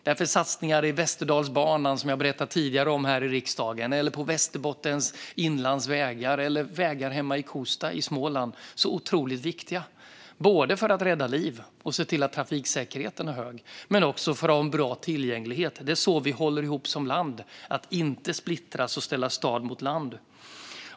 Därför är satsningar på Västerdalsbanan, som jag tidigare har berättat om här i riksdagen, på Västerbottens inlands vägar eller på vägar hemma i Kosta i Småland otroligt viktiga för att rädda liv och se till att trafiksäkerheten är hög men också för att ha en bra tillgänglighet. Det är så vi håller ihop som land. Vi ska inte splittra och ställa stad mot land.